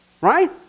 right